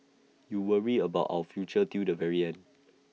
you worry about our future till the very end